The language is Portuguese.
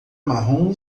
marrom